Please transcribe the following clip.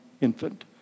infant